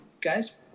guys